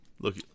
Look